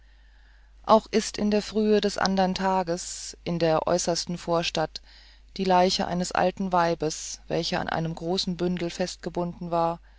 auch ist in der frühe des andern tages in der äußersten vorstadt die leiche eines alten weibes welche an einem großen bündel festgebunden war